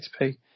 XP